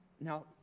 now